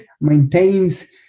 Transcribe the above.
maintains